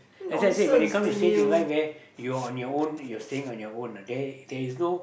that's why I said when it comes to stage in life where you are on your own your staying on your own ah there there is no